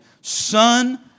son